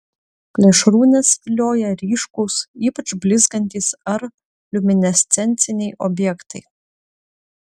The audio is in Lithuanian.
plėšrūnes vilioja ryškūs ypač blizgantys ar liuminescenciniai objektai